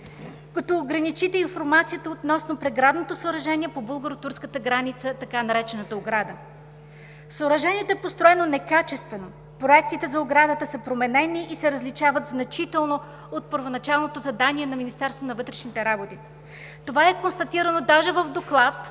като ограничите информацията относно преградното съоръжение по българо-турската граница, така наречената „Ограда“. Съоръжението е построено некачествено. Проектите за оградата са променени и се различават значително от първоначалното задание на Министерството на вътрешните работи. Това е констатирано даже в доклад